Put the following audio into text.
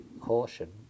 caution